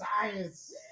science